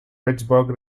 pittsburgh